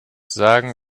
sagen